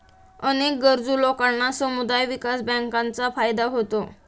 अनेक गरजू लोकांना समुदाय विकास बँकांचा फायदा होतो